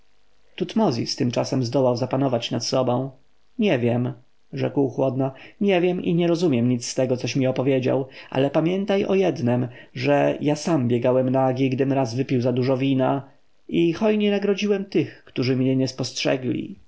tutmozis tymczasem zdołał zapanować nad sobą nie wiem rzekł chłodno nie wiem i nie rozumiem nic z tego coś mi opowiedział ale pamiętaj o jednem że ja sam biegałem nagi gdym raz wypił za dużo wina i hojnie nagrodziłem tych którzy mnie nie spostrzegli